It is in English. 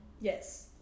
Yes